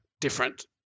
different